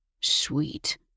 Sweet